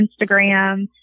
Instagram